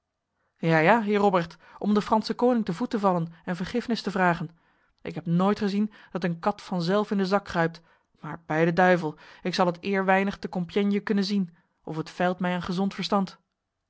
ja ja heer robrecht om de franse koning te voet te vallen en vergiffenis te vragen ik heb nooit gezien dat een kat vanzelf in de zak kruipt maar bij de duivel ik zal het eer weinig te compiègne kunnen zien of het feilt mij aan gezond verstand